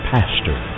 Pastor